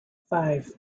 five